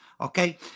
Okay